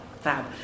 fab